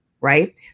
Right